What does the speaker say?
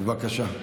בבקשה.